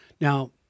Now